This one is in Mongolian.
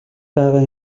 байгаа